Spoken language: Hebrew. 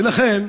ולכן,